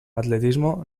atletismo